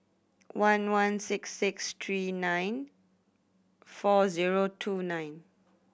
one one six six three nine four zero two nine